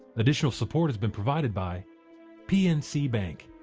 additional support has been provided by pnc bank.